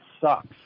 sucks